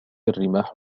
الرماح